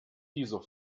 dieser